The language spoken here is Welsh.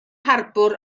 harbwr